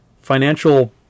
financial